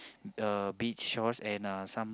uh beach shorts and uh some